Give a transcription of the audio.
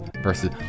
versus